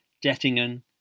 Dettingen